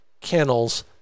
kennels